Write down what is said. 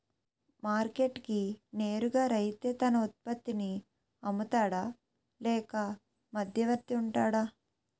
Market కి నేరుగా రైతే తన ఉత్పత్తి నీ అమ్ముతాడ లేక మధ్యవర్తి వుంటాడా?